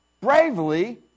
bravely